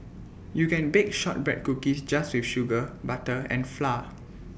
you can bake Shortbread Cookies just with sugar butter and flour